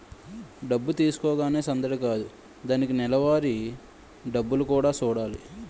డబ్బు తీసుకోగానే సందడి కాదు దానికి నెలవారీ డబ్బులు కూడా సూడాలి